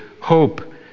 hope